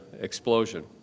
explosion